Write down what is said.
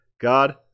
God